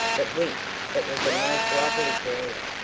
that winked, that was a most lovely green.